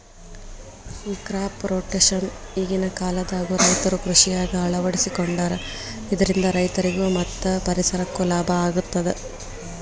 crop rotation ಈಗಿನ ಕಾಲದಾಗು ರೈತರು ಕೃಷಿಯಾಗ ಅಳವಡಿಸಿಕೊಂಡಾರ ಇದರಿಂದ ರೈತರಿಗೂ ಮತ್ತ ಪರಿಸರಕ್ಕೂ ಲಾಭ ಆಗತದ